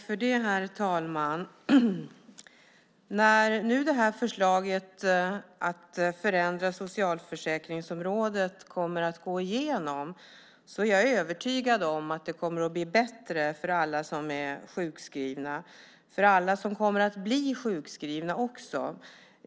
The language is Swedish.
Herr talman! När nu förslaget att förändra socialförsäkringsområdet kommer att gå igenom är jag övertygad om att det kommer att bli bättre för alla som är sjukskrivna och för alla som kommer att bli sjukskrivna också.